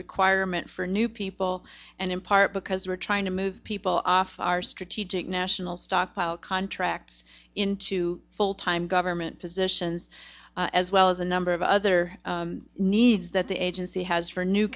requirement for new people and in part because we're trying to move people off our strategic national stockpile contracts into full time government positions as well as a number of other needs that the agency has for new